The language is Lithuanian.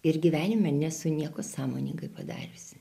ir gyvenime nesu nieko sąmoningai padariusi